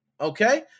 Okay